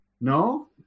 no